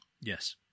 Yes